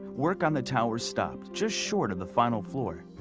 work on the tower stopped just short of the fiinal floor.